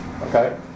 Okay